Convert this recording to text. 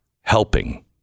helping